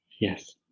Yes